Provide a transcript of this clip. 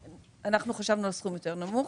אנחנו חשבנו על סכום יותר נמוך.